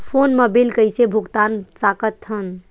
Phone मा bill कइसे भुक्तान साकत हन?